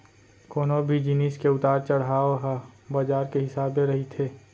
कोनो भी जिनिस के उतार चड़हाव ह बजार के हिसाब ले रहिथे